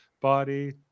body